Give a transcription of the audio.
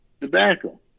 tobacco